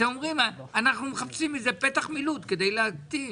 אתם אומרים: אנחנו מחפשים איזה פתח מילוט כדי להקטין.